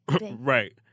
Right